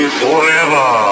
forever